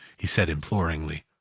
he said, imploringly.